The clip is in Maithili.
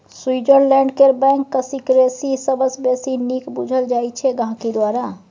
स्विटजरलैंड केर बैंक सिकरेसी सबसँ बेसी नीक बुझल जाइ छै गांहिकी द्वारा